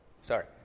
Sorry